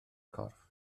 corff